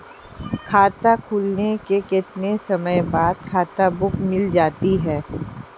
खाता खुलने के कितने समय बाद खाता बुक मिल जाती है?